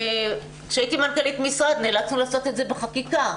כשהייתי מנכ"לית משרד, נאצלנו לעשות את זה בחקיקה.